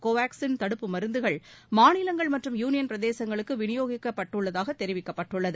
கோவாக்சின் தடுப்பு மருந்துகள் மாநிலங்கள் மற்றும் யூனியன் பிரதேசங்களுக்கு விநியோகிக்கப்பட்டுள்ளதாக தெரிவிக்கப்பட்டுள்ளது